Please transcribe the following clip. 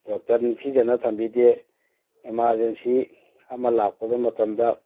doctor ꯅꯤꯡꯊꯤꯖꯅ ꯊꯝꯕꯤꯗꯦ emergency ꯑꯃ ꯂꯥꯛꯄ ꯃꯇꯝꯗ